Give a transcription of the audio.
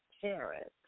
parents